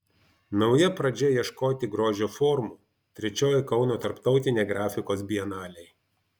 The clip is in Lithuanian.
nauja pradžia ieškoti grožio formų trečioji kauno tarptautinė grafikos bienalė